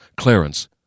Clarence